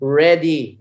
ready